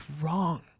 wrong